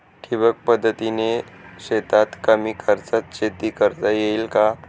ठिबक पद्धतीने शेतात कमी खर्चात शेती करता येईल का?